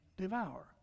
devour